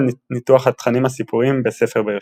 ניתוח התכנים הסיפוריים בספר בראשית.